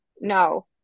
no